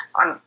on